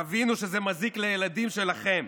תבינו שזה מזיק לילדים שלכם,